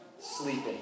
sleeping